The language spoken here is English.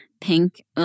pink